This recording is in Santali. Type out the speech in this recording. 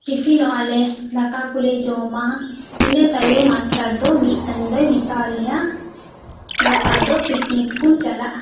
ᱴᱤᱯᱷᱤᱱᱚᱜ ᱟᱞᱮ ᱫᱟᱠᱟ ᱠᱚᱞᱮ ᱡᱚᱢᱟ ᱤᱱᱟ ᱛᱟᱭᱚᱢ ᱢᱟᱥᱴᱟᱨ ᱫᱚ ᱢᱤᱫᱴᱟᱝ ᱫᱚᱭ ᱢᱮᱛᱟ ᱟᱞᱮᱭᱟ ᱜᱟᱯᱟ ᱫᱚ ᱯᱤᱠᱱᱤᱠ ᱵᱚᱱ ᱪᱟᱞᱟᱜᱼᱟ